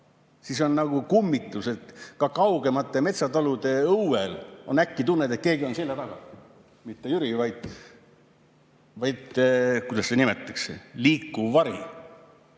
see on nagu kummitus – ka kaugemate metsatalude õuel äkki tunned, et keegi on selja taga. Mitte Jüri, vaid – kuidas seda nimetatakse? – liikuv vari.